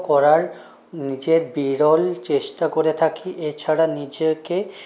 করার নিজের বিরল চেষ্টা করে থাকি এছাড়া নিজেকে